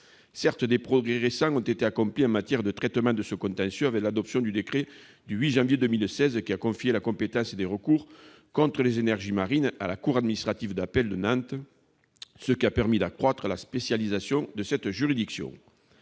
Certes, des progrès ont été accomplis récemment en matière de traitement de ce contentieux, avec l'adoption du décret du 8 janvier 2016, lequel, en confiant la compétence des recours contre les énergies marines à la cour administrative d'appel de Nantes, a permis d'accroître la spécialisation de cette juridiction.